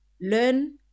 Learn